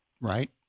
Right